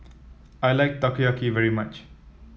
I like Takoyaki very much